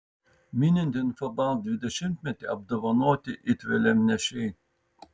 minint infobalt dvidešimtmetį apdovanoti it vėliavnešiai